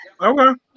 okay